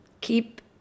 keep